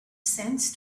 sense